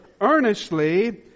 earnestly